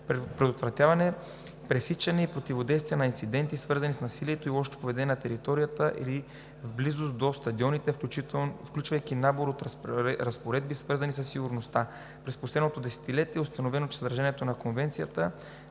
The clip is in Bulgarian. предотвратяване, пресичане и противодействие на инциденти, свързани с насилие и лошо поведение на територията на или в близост до стадионите, включвайки набор от разпоредби, свързани със сигурността. През последното десетилетие е установено, че съдържанието на Конвенцията